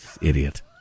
Idiot